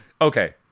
Okay